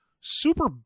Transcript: super